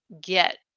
get